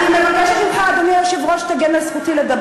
אז כשאמרנו לכם "הגלגל מסתובב",